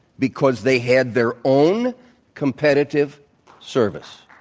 because they had their own competitive service.